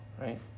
right